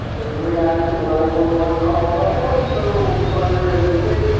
react to a nine one one call like that was so unrealistic